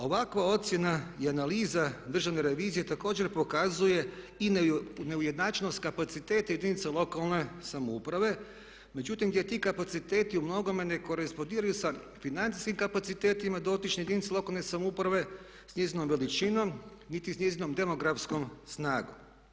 Ovakva ocjena i analiza Državne revizije također pokazuje i neujednačenost kapaciteta jedinica lokalne samouprave, međutim gdje ti kapaciteti umnogome ne korespondiraju sa financijskim kapacitetima dotične jedinice lokalne samouprave, s njezinom veličinom, niti s njezinom demografskom snagom.